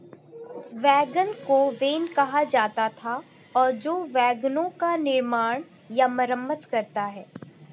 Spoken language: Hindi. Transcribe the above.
वैगन को वेन कहा जाता था और जो वैगनों का निर्माण या मरम्मत करता है